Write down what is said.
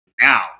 now